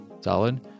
solid